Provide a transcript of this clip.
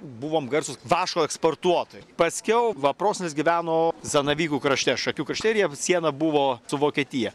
buvom garsūs vaško eksportuotojai paskiau va prosenelis gyveno zanavykų krašte šakių krašte ir jie siena buvo su vokietija